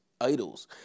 idols